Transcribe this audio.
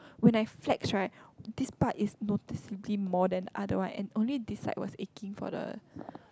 when I flex right this part is noticeably more than other one and only this side was aching for the